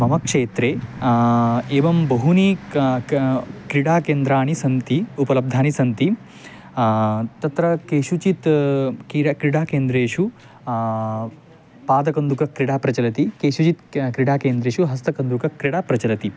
मम क्षेत्रे एवं बहूनि कक क्रीडाकेन्द्राणि सन्ति उपलब्धानि सन्ति तत्र केषुचित् क्रीडा क्रीडाकेन्द्रेषु पादकन्दुकक्रीडा प्रचलति केषुचित् क्रीडाकेन्द्रेषु हस्तकन्दुकक्रीडा प्रचलति